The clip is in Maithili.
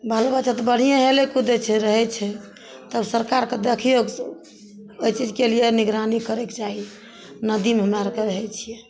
बाल बच्चा तऽ बढ़िआँ हेलय कूदय छै रहय छै तऽ सरकारके देखियै अइ चीजके लिये निगरानी करयके चाही नदीमे हमरा अरके रहय छियै